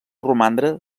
romandre